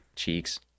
cheeks